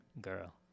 girl